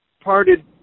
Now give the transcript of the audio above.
parted